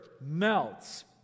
melts